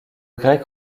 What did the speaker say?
grec